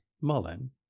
Mullen